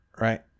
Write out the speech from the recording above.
Right